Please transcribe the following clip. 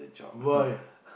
why